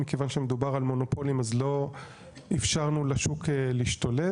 מכיוון שמדובר על מונופולים אז לא אפשרנו לשוק להשתולל,